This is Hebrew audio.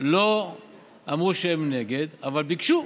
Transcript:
הם לא אמרו שהם נגד, אבל ביקשו,